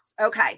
Okay